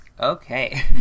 Okay